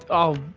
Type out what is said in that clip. i'll,